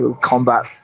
combat